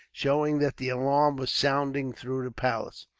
showing that the alarm was sounding through the palace.